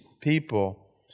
people